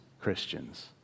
Christians